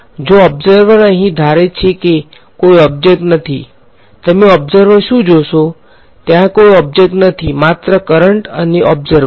જો ઓબ્ઝર્વર અહીં ધારે છે કે કોઈ ઓબ્જેક્ટ નથી તમે ઓબ્ઝર્વર શું જોશે ત્યાં કોઈ ઓબ્જેક્ટ નથી માત્ર કરંટ અને ઓબ્ઝર્વર